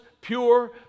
pure